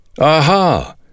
Aha